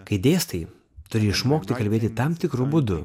kai dėstai turi išmokti kalbėti tam tikru būdu